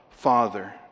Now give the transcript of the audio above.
Father